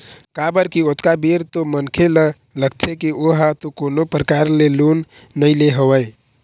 काबर की ओतका बेर तो मनखे ल लगथे की ओहा तो कोनो परकार ले लोन नइ ले हवय